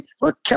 look